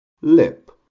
lip